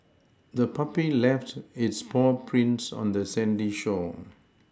the puppy left its paw prints on the sandy shore